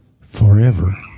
forever